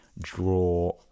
draw